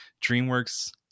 DreamWorks